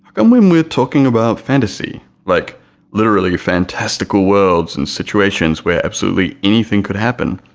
come when we're talking about fantasy, like literally fantastical worlds and situations where absolutely anything could happen,